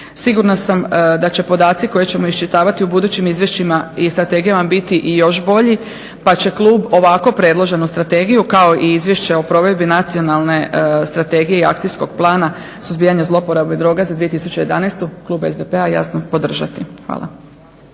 sigurna sam da će podaci koje ćemo iščitavati u budućim izvješćima i strategijama biti i još bolji pa će klub ovako predloženu strategiju kao i Izvješće o provedbi Nacionalne strategije i Akcijskog plana suzbijanja zlouporabe droga za 2011. klub SDP-a jasno podržati. Hvala.